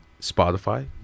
Spotify